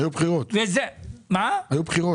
היו בחירות, היה קורונה.